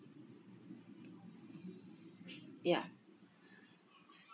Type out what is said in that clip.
ya